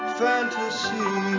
fantasy